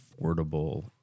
affordable